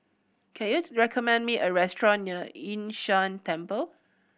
can you recommend me a restaurant near Yun Shan Temple